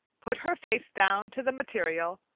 put her face down to the material,